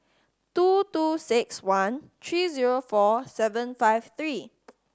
two two six one three zero four seven five three